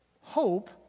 Hope